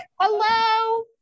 Hello